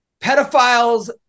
pedophiles